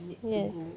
ya